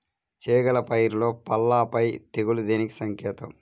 చేగల పైరులో పల్లాపై తెగులు దేనికి సంకేతం?